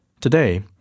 Today